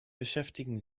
beschäftigen